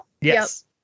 Yes